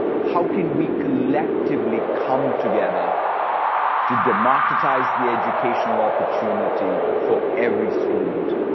how can we collectively come together to demarketise the educational opportunity for every student,